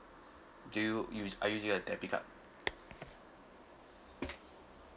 do you use are you use a debit card